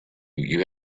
you